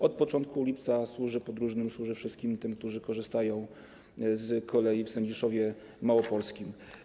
Od początku lipca służy podróżnym, służy wszystkim tym, którzy korzystają z kolei w Sędziszowie Małopolskim.